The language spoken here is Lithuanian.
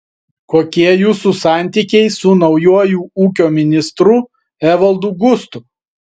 kokie jūsų santykiai su naujuoju ūkio ministru evaldu gustu